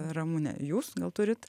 ramune jūs gal turit